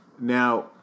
Now